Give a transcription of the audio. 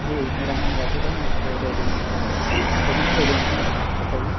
جی میرا نام راشد ہے میں ٹراویل ایجنٹ ایجنٹ ایجنٹ ہوں بتائیے